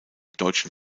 deutschen